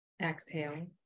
Exhale